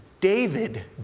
David